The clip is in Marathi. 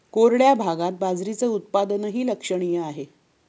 कोरड्या भागात बाजरीचे उत्पादनही लक्षणीय आहे